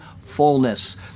fullness